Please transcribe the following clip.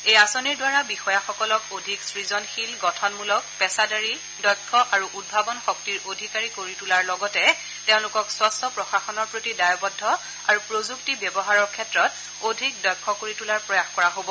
এই আঁচনিৰ দ্বাৰা বিষয়াসকলক অধিক সূজনশীল গঠনমূলক পেছাদাৰী দক্ষ আৰু উদ্ভাৱন শক্তিৰ অধিকাৰী কৰি তোলাৰ লগতে তেওঁলোকক স্বঙ্ছ প্ৰশাসনৰ প্ৰতি দায়বদ্ধ আৰু প্ৰযুক্তি ব্যৱহাৰৰ ক্ষেত্ৰত অধিক দক্ষ কৰি তোলাৰ প্ৰয়াস কৰা হ'ব